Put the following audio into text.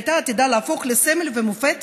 שהייתה עתידה להפוך לסמל ומופת